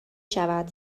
شود